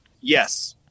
yes